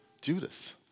Judas